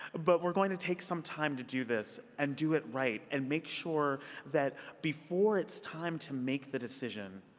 but we're going to take some time to do this and do it right and make sure that before it's time to make the decision,